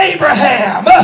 Abraham